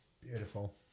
Beautiful